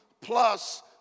plus